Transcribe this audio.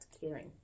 caring